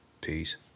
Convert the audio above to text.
Peace